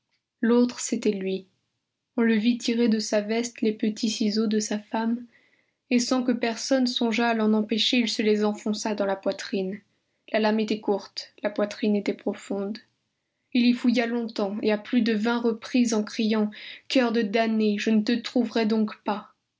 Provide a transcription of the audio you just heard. l'autre c'était lui on le vit tirer de sa veste les petits ciseaux de sa femme et sans que personne songeât à l'en empêcher il se les enfonça dans la poitrine la lame était courte la poitrine était profonde il y fouilla longtemps et à plus de vingt reprises en criant cœur de damné je ne te trouverai donc pas